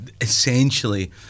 essentially